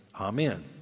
Amen